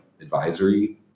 advisory